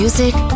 Music